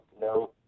No